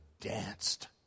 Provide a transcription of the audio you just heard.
danced